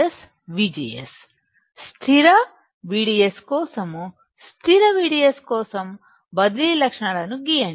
మీరు ఇక్కడ చూస్తున్నట్లుగా VGS 0 వోల్ట్కు సమానం అని చూద్దాం అంటేమనం ఈ పంక్తిని పరిగణించాలి మరియు VGS 0 వోల్ట్ అయినప్పుడు కరెంట్ ఇప్పటికే ప్రవహిస్తున్నట్లు మీరు చూస్తున్నారు